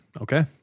Okay